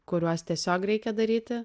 kuriuos tiesiog reikia daryti